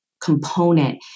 component